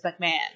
McMahon